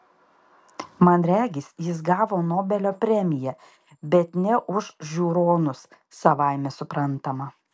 man regis jis gavo nobelio premiją bet ne už žiūronus savaime suprantama